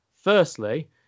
Firstly